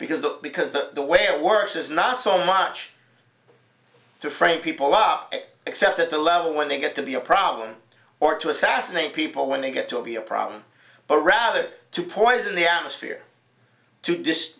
because the because the way it works is not so much to frame people up except at the level when they get to be a problem or to assassinate people when they get to be a problem but rather to poison the atmosphere to